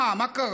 מה, מה קרה?